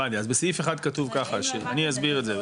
הבנתי, אז בסעיף 1 כתוב ככה, אני אסביר את זה.